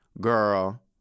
girl